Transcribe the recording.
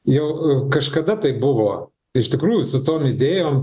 jau kažkada taip buvo iš tikrųjų su tom idėjom